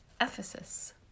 Ephesus